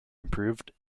improved